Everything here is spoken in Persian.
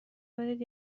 بدید